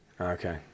Okay